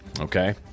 Okay